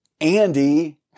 Andy